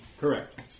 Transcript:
Correct